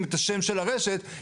לכן אסור להדפיס.